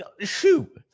shoot